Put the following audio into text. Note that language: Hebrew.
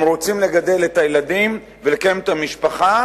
הם רוצים לגדל את הילדים ולקיים את המשפחה